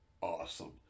awesome